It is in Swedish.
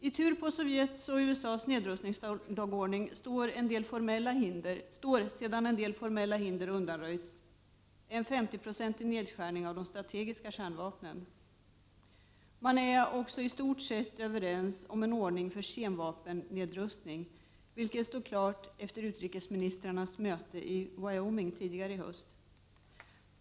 I tur på USA:s och Sovjets nedrustningslagordning står sedan en del formella hinder undanröjts en 50-procentig nedskärning av de strategiska kärnvapnen. Man är också i stort sett överens om en ordning för kemvapennedrustning, vilket stod klart efter utrikesministrarnas möte i Wyoming tidigare i höst.